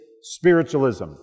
spiritualism